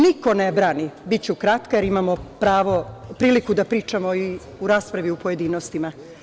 Niko ne brani, biću kratka, jer imamo priliku da pričamo i u raspravi u pojedinostima.